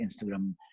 Instagram